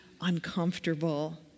uncomfortable